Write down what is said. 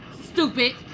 Stupid